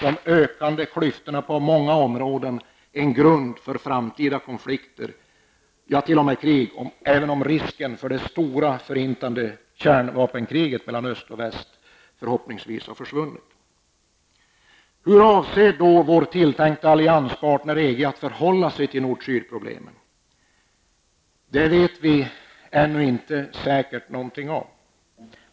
De ökande klyftorna på många områden utgör givetvis en grund för framtida konflikter, ja, t.o.m. för krig, även om risken för det stora förintande kärnvapenkriget mellan öst och väst förhoppningsvis har försvunnit. Hur avser då vår tilltänkta allianspartner EG att förhålla sig till nord--syd-problemen? Det vet vi ännu inte någonting säkert om.